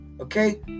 okay